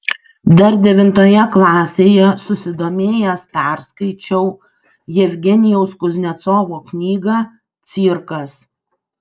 dar devintoje klasėje susidomėjęs perskaičiau jevgenijaus kuznecovo knygą cirkas